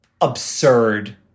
absurd